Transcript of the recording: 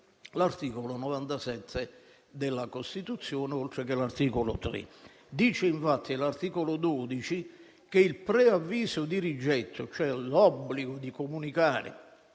l'articolo 97 della Costituzione, oltre che l'articolo 3. Dice infatti l'articolo 12 che il preavviso di rigetto, cioè l'obbligo di comunicare